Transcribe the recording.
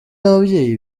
n’ababyeyi